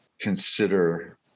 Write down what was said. consider